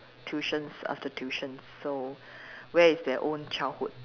tuitions after tuitions so where is their own childhood